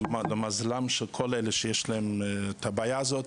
או למזלם של כל אלה שיש להם את הבעיה הזאת,